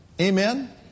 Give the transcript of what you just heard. Amen